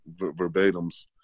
verbatims